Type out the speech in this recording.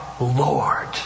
Lord